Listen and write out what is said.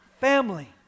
family